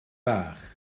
bach